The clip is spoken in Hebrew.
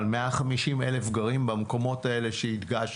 אבל 150,000 גרים במקומות האלה שהדגשתי.